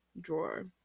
drawer